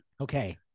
Okay